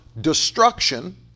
destruction